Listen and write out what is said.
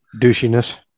douchiness